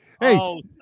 Hey